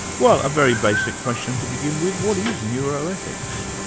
well, a very basic question to begin with what is neuroethics?